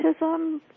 autism